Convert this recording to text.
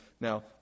Now